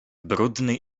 brudny